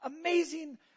amazing